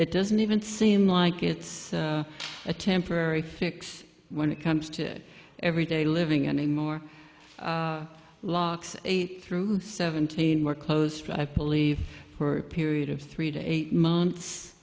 it doesn't even seem like it's a temporary fix when it comes to everyday living anymore locks eight through the seventeen were closed i believe for a period of three to eight months